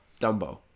Dumbo